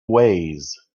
ways